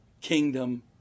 Kingdom